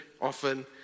often